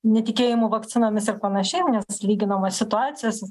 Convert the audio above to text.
netikėjimu vakcinomis ir panašiai nes lyginamos situacijos